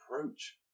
approach